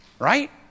right